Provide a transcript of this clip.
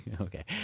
Okay